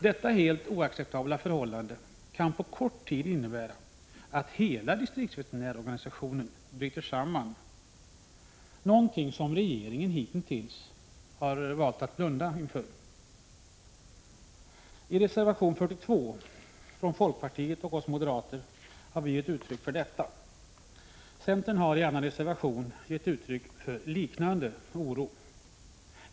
Detta helt oacceptabla förhållande kan på kort tid innebära att hela distriktsveterinärsorganisationen bryter samman, något som regeringen hitintills har valt att blunda för. I reservation 42 från folkpartiet och oss i moderata samlingspartiet har vi framhållit detta. Centern har i en annan reservation gett uttryck för liknande oro.